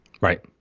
Right